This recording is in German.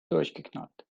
durchgeknallt